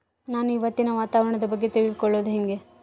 ನಾನು ಇವತ್ತಿನ ವಾತಾವರಣದ ಬಗ್ಗೆ ತಿಳಿದುಕೊಳ್ಳೋದು ಹೆಂಗೆ?